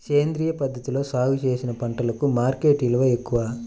సేంద్రియ పద్ధతిలో సాగు చేసిన పంటలకు మార్కెట్ విలువ ఎక్కువ